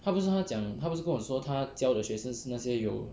他不是他讲他不跟我说他教的学生那些有